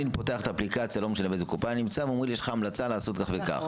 אני פותח את האפליקציה ומקבל המלצה מהקופה לעשות כך וכך.